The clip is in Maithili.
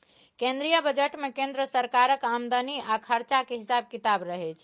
केंद्रीय बजट मे केंद्र सरकारक आमदनी आ खरचाक हिसाब किताब रहय छै